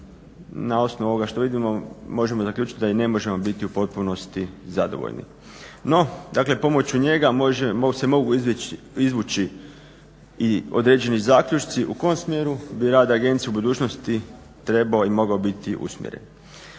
na osnovu ovoga što vidimo možemo zaključiti da i ne možemo biti u potpunosti zadovoljni. No pomoću njega se mogu izvući i određeni zaključci u kom smjeru bi rad agencije u budućnosti trebao i mogao biti usmjeren.